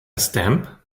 stamp